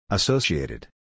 Associated